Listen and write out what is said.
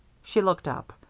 she looked up.